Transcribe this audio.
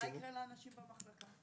מה יקרה לאנשים במחלקה?